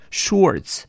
shorts